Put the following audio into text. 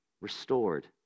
restored